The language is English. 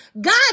God